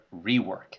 Rework